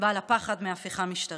ועל הפחד מהפיכה משטרית.